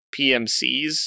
PMCs